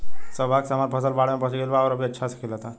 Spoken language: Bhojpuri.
सौभाग्य से हमर फसल बाढ़ में बच गइल आउर अभी अच्छा से खिलता